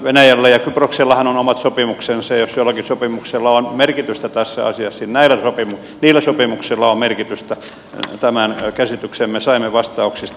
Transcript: venäjällä ja kyproksellahan on omat sopimuksensa ja jos jollakin sopimuksella on merkitystä tässä asiassa niin niillä sopimuksilla on merkitystä tämän käsityksen me saimme vastauksista